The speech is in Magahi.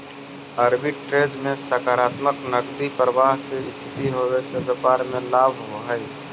आर्बिट्रेज में सकारात्मक नकदी प्रवाह के स्थिति होवे से व्यापार में लाभ होवऽ हई